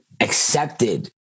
accepted